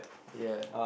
ya